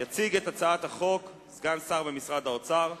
יציג את הצעת החוק סגן שר במשרד האוצר,